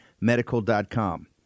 medical.com